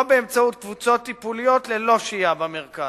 או באמצעות קבוצות טיפוליות ללא שהייה במרכז.